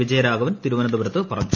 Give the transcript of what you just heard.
വിജയരാഘവൻ ത്തിരുവ്നന്തപുരത്ത് പറഞ്ഞു